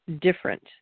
different